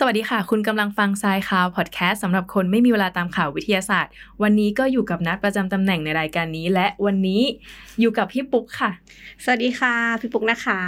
สวัสดีค่ะ คุณกำลังฟังซายคาวพอดแคสต์สำหรับคนไม่มีเวลาตามข่าววิทยาศาสตร์ วันนี้ก็อยู่กับนัดประจำตำแหน่งในรายการนี้ และวันนี้อยู่กับพี่ปุ๊กค่ะสวัสดีค่ะ พี่ปุ๊กนะคะ